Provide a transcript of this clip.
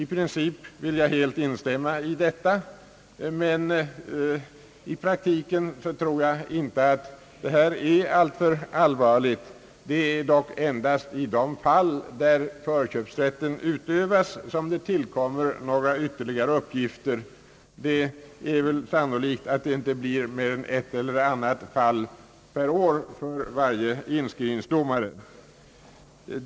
I princip vill jag helt instämma i detta, men jag tror att det i praktiken här inte är fråga om någon alltför allvarlig sak. Det är dock endast i de fall då förköpsrätten utövas som det tillkommer några ytterligare uppgifter. Det är sannolikt att det inte blir mer än ett eller annat fall per år för varje inskrivningsdomare.